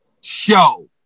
show